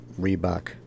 Reebok